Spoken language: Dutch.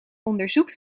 onderzoekt